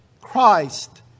Christ